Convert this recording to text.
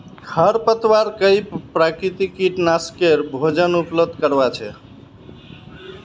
खरपतवार कई प्राकृतिक कीटनाशकेर भोजन उपलब्ध करवा छे